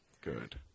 Good